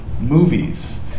movies